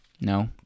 No